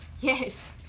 Yes